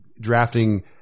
drafting